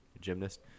Gymnast